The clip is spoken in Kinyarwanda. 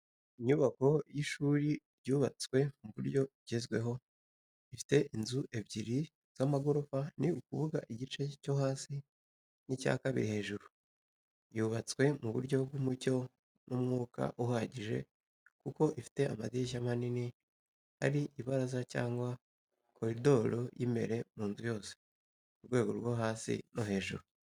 Inyubako y’ishuri ryubatswe mu buryo bugezweho, ifite inzu ebyiri z’amagorofa ni ukuvuga igice cyo hasi n’icya kabiri hejuru. yubatswe mu buryo bw’umucyo n’umwuka uhagije kuko ifite amadirishya manini hari ibaraza cyangwa koridoro y’imbere, ku nzu yose, ku rwego rwo hasi no hejuru.